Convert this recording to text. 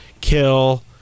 kill